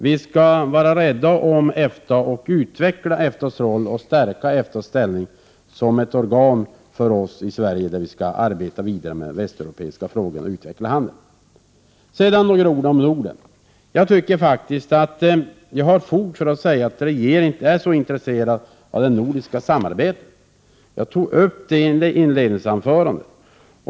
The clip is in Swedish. Vi skall vara rädda om EFTA, utveckla EFTA:s roll och stärka EFTA:s ställning som ett organ för oss i Sverige där vi kan arbeta vidare med västeuropeiska frågor och utveckla handeln. Sedan några ord om Norden. Jag anser att jag har fog för att säga att regeringen inte är särskilt intresserad av det nordiska samarbetet. Jag tog upp det i mitt inledningsanförande.